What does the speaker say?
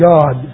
God